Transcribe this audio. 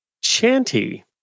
chanty